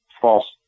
false